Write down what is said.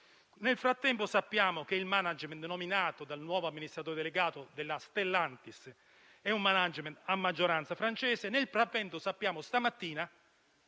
Nel frattempo, sappiamo che il *management* nominato dal nuovo amministratore delegato della Stellantis è a maggioranza francese. Nel frattempo, stamattina,